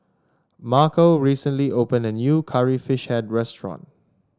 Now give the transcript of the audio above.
Marco recently opened a new Curry Fish Head restaurant